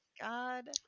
God